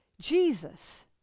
Jesus